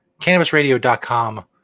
cannabisradio.com